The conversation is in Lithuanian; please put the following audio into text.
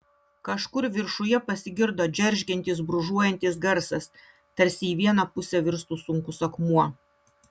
kažkur viršuje pasigirdo džeržgiantis brūžuojantis garsas tarsi į vieną pusę virstų sunkus akmuo